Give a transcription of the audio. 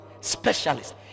specialist